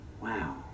Wow